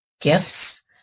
gifts